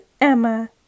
Emma